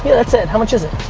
yeah that's it, how much is it?